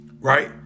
right